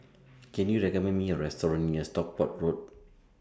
Can YOU recommend Me A Restaurant near Stockport Road